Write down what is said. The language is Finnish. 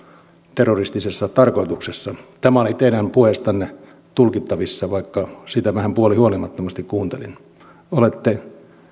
terroristisessa tarkoituksessa tämä oli teidän puheestanne tulkittavissa vaikka sitä vähän puolihuolimattomasti kuuntelin olette